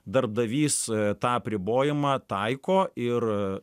darbdavys tą apribojimą taiko ir